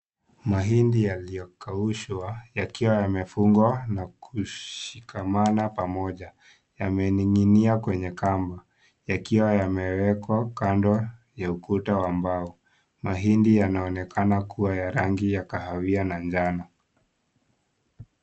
Mahindi yaliyo kaushwa yakiwa yamefungwa na kushikamana pamoja. Yameninginia kwenye kamba yakiwa yamewekwa kando ya ukuta wa mbao. Mahindi yanaonekana kuwa ya rangi ya kahawiya na njano.